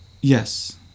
Yes